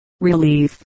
relief